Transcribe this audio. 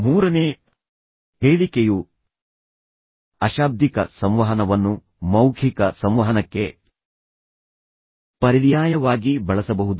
ಮೂರನೇ ಹೇಳಿಕೆಯು ಅಶಾಬ್ದಿಕ ಸಂವಹನವನ್ನು ಮೌಖಿಕ ಸಂವಹನಕ್ಕೆ ಪರ್ಯಾಯವಾಗಿ ಬಳಸಬಹುದು